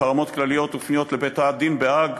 חרמות כלליות ופניות לבית-הדין בהאג.